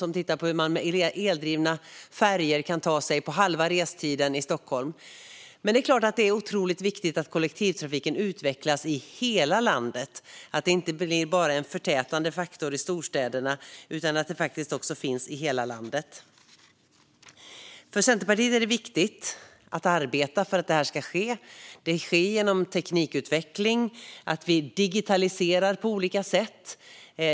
De tittar på hur man med eldrivna färjor kan ta sig fram i Stockholm på halva restiden. Det är klart att det är otroligt viktigt att kollektivtrafiken utvecklas och finns i hela Sverige och inte bara blir en förtätande faktor i storstäderna. För Centerpartiet är det viktigt att arbeta för att detta ska ske. Det sker genom teknikutveckling och genom att vi digitaliserar på olika sätt.